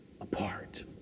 apart